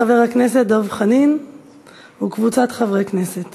וחוזרת לדיון בוועדת החינוך, התרבות